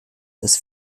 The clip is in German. das